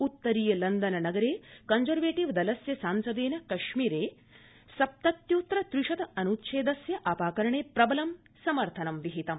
उत्तरीय लन्दन नगरे कंर्जेवेटिव दलस्य सांसदेन कश्मीरे सप्तत्य्तत्तर त्रिशत संख्याकस्य अन्च्छेदस्य अपाकरणे प्रबलं समर्थनं विहितम्